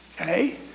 Okay